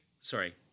sorry